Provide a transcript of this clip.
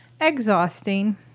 exhausting